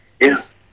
Yes